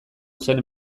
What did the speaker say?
zen